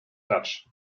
dutch